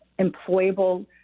employable